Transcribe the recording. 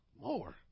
more